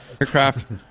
Aircraft